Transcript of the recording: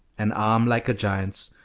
an arm like a giant's,